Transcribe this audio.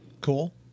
Cool